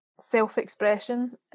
self-expression